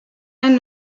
ein